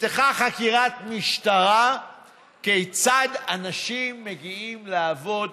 נפתחה חקירת משטרה כיצד אנשים מגיעים לעבוד